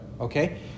okay